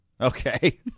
Okay